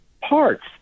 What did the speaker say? parts